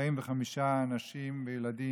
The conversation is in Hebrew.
בו, נרמסו, 45 אנשים וילדים,